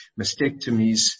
mastectomies